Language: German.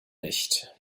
nicht